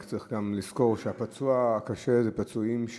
רק צריך כאן לזכור שהפצוע קשה אלה פצועים,